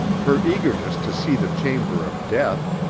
her eagerness to see the chamber of death,